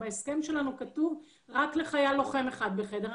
בהסכם שלנו כתוב רק חייל לוחם אחד בחדר.